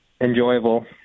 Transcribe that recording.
enjoyable